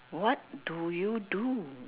what do you do